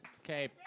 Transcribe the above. Okay